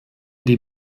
die